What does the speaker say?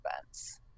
events